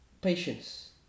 patience